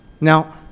Now